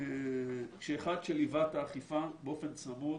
כאחד שליווה את האכיפה באופן צמוד